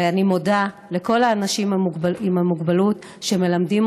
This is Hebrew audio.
ואני מודה לכל האנשים עם מוגבלות שמלמדים